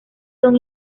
son